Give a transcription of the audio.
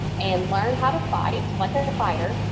and learn how to fight like a fighter,